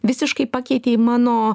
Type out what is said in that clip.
visiškai pakeitei mano